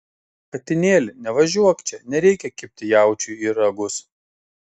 katinėli nevažiuok čia nereikia kibti jaučiui į ragus